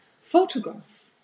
photograph